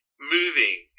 Moving